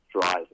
drive